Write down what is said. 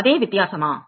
அதே வித்தியாசமா